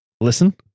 listen